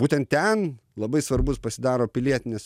būtent ten labai svarbus pasidaro pilietinės